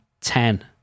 ten